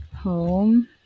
home